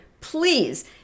please